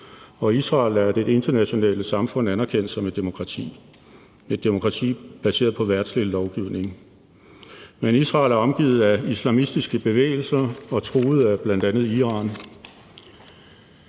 Israel er af det internationale samfund anerkendt som et demokrati, et demokrati baseret på en verdslig lovgivning. Men Israel er omgivet af islamistiske bevægelser og truet af bl.a. Iran.